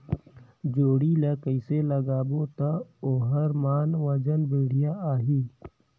जोणी ला कइसे लगाबो ता ओहार मान वजन बेडिया आही?